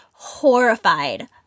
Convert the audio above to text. horrified